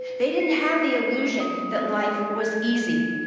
they didn't have the illusion that life was easy,